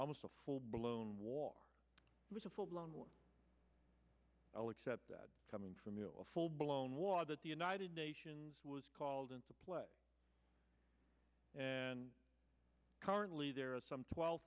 almost a full blown war with a full blown war i'll accept that coming from a full blown war that the united nations was called into play and currently there are some twelve